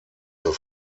zur